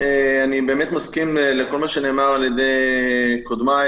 באמת מסכים עם כל מה שנאמר על ידי קודמיי,